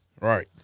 Right